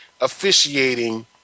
officiating